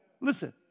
Listen